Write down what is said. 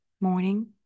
morning